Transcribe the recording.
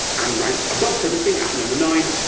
and ranked above privacy, at number nine,